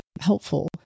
helpful